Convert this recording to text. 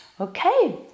Okay